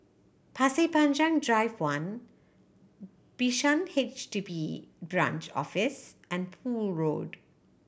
Pasir Panjang Drive One Bishan H D B Branch Office and Poole Road